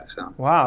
Wow